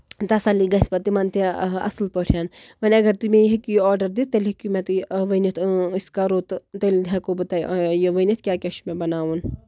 تَسَلی گژھِ پَتہٕ تِمن تہِ اَصٕل پٲٹھۍ وۄنۍ اَگر تُہۍ مےٚ ہیٚکِو یہِ آدڑ دِتھ تیٚلہِ ہیٚکِو مےٚ تُہۍ ؤنِتھ أسۍ کرو تہٕ تیٚلہِ ہیٚکَو بہٕ تۄہہِ یہِ ؤنِتھ کیاہ کیاہ چھُ مےٚ بَناوُن